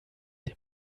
dem